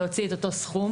להוציא את אותו סכום,